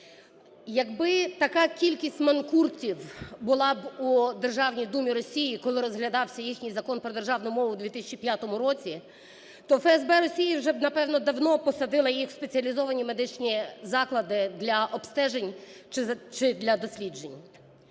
Якби така кількість манкуртів була б у Державній думі Росії, коли розглядався їхній Закон про державну мову у 2005 році, то ФСБ Росії вже б, напевно, давно посадила їх в спеціалізовані медичні заклади для обстежень чи для досліджень.